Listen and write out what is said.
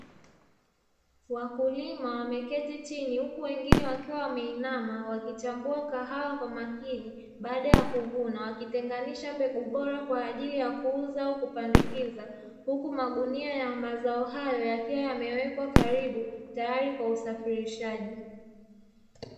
Wakulima wameketi chini huku wengine wakiwa wameinama wakichambua kahawa kwa makini baada ya kuvuna, wakitenganisha mbegu bora kwa ajili ya kuuza au kupandikiza, huku magunia ya mazao hayo yakiwa yamewekwa karibu tayari kwa usafirishaji.